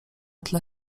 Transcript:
tle